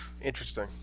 Interesting